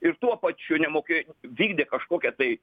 ir tuo pačiu nemokėjo vykdė kažkokią tai